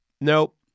Nope